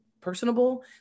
personable